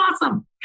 awesome